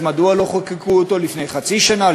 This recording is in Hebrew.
מדוע לא חוקקו אותו לפני חצי שנה,